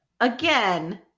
again